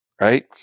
right